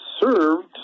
served